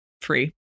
free